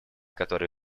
который